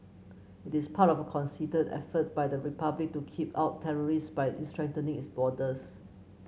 it is part of a consider effort by the republic to keep out terrorists by strengthening its borders